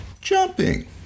Jumping